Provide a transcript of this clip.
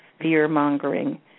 fear-mongering